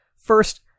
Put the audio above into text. First